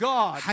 God